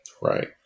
Right